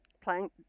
playing